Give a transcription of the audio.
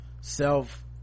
self